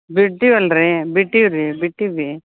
ಬಿಡ್ಡಿವಲ್ಲ ರೀ ಬಿಟ್ಟೀವಿ ರೀ ಬಿಟ್ಟೀವಿ